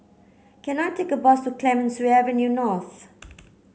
can I take a bus to Clemenceau Avenue North